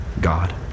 God